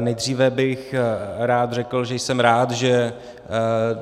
Nejdříve bych rád řekl, že jsem rád, že